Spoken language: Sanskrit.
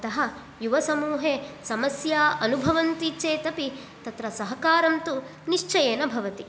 अतः युवसमूहे समस्या अनुभवन्ति चेत् अपि तत्र सहकारं तु निश्चयेन भवति